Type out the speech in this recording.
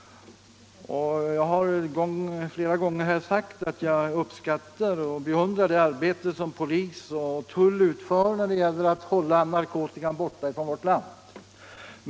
Jag har flera gånger sagt att jag uppskattar och beundrar det arbete som polis och tull utför när det gäller att hålla narkotikan borta från vårt land.